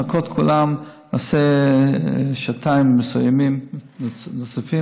לנקות, כולם, נעשה שעתיים נוספות,